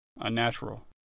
unnatural